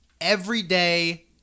everyday